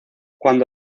cuando